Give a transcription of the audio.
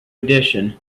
edition